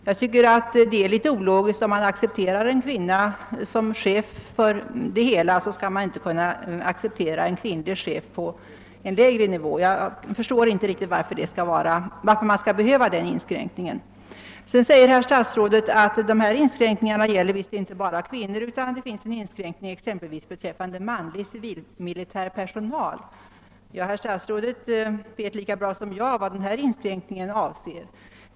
Jag tycker att det är ologiskt att man accepterar en kvinna som chef för hela organisationen men inte en kvinnlig chef på en lägre nivå. Jag förstår inte riktigt varför denna inskränkning är nödvändig. Vidare säger statsrådet att dessa inskränkningar visst inte bara gäller kvinnor utan att det också finns en inskränkning beträffande civilmilitär personal. Ja, herr statsrådet vet lika väl som jag vad denna inskränkning avser.